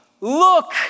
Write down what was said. Look